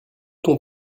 ton